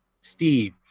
Steve